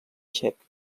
txec